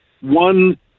one